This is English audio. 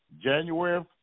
January